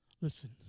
listen